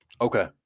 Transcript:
Okay